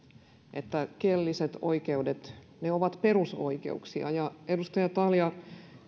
että kielelliset oikeudet ovat perusoikeuksia edustaja talja